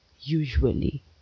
usually